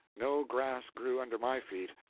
no grass grew under my feet.